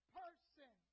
person